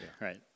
right